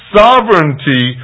sovereignty